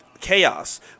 Chaos